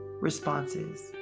responses